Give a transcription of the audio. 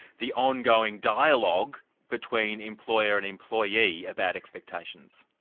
the ongoing dialogue between employer and employee about expectations.